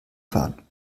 fahren